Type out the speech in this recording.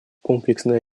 комплексная